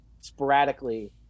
sporadically